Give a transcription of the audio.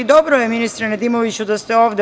Dobro je, ministre Nedimoviću, da ste ovde.